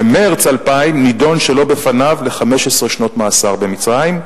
במרס 2000 נידון שלא בפניו ל-15 שנות מאסר במצרים.